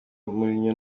mourinho